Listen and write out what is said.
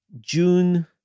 June